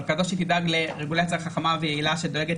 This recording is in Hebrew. אבל כזאת שתדאג לרגולציה חכמה ויעילה שדואגת